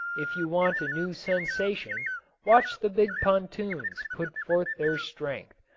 if you want a new sensation watch the big pontoons put forth their strength,